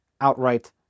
outright